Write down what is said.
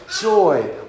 joy